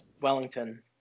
wellington